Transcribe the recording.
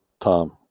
Tom